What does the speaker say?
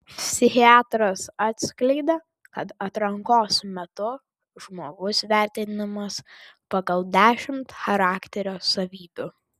psichiatras atskleidė kad atrankos metu žmogus vertinamas pagal dešimt charakterio savybių